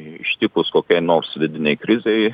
ištikus kokiai nors vidinei krizei